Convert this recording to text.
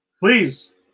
Please